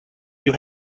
you